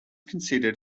considered